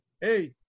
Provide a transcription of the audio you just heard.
hey